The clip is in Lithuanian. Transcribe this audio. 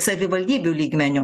savivaldybių lygmeniu